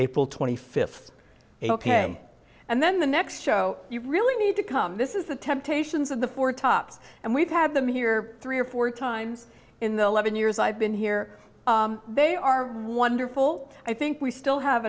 april twenty fifth ok and then the next show you really need to come this is the temptations of the four tops and we've had them here three or four times in the eleven years i've been here they are wonderful i think we still have